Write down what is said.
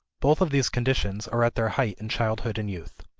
both of these conditions are at their height in childhood and youth.